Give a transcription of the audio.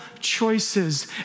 choices